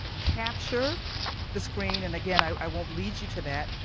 capture the screen, and again, i won't lead you to that.